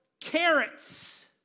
carrots